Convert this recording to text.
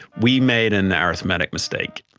we made an arithmetic mistake,